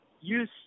use